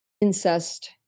Incest